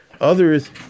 others